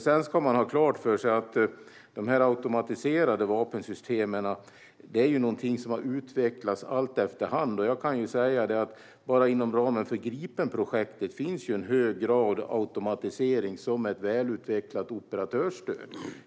Man ska också ha klart för sig att de här automatiserade vapensystemen är någonting som har utvecklats allteftersom, och jag kan säga att det ju bara inom ramen för Gripenprojektet finns en hög grad av automatisering som ett välutvecklat operatörsstöd.